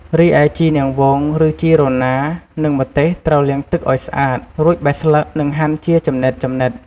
រីឯជីនាងវង ឬជីរណា និងម្ទេសត្រូវលាងទឹកឱ្យស្អាត រួចបេះស្លឹក និងហាន់ជាចំណិតៗ។